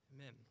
Amen